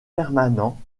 permanent